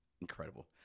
incredible